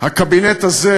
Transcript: הקבינט הזה,